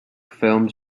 films